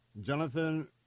Jonathan